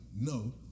no